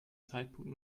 zeitpunkt